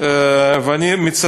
אני יכול